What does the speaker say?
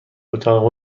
اتاق